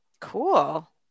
Cool